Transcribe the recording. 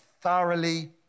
thoroughly